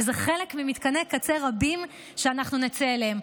וזה חלק ממתקני קצה רבים שאנחנו נצא אליהם.